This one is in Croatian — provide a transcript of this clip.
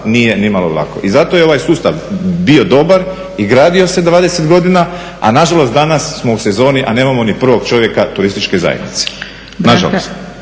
nije nimalo lako. I zato je ovaj sustav bio dobar i gradio se 20 godina a nažalost danas smo u sezoni a nemamo ni prvog čovjeka turističke zajednice. Nažalost.